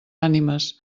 ànimes